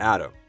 Adam